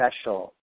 special